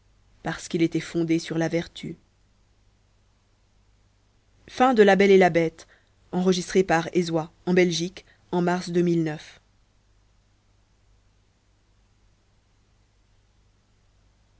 parce qu'il était fondé sur la vertu il y